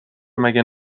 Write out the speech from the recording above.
مگه